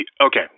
Okay